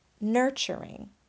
Nurturing